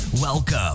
Welcome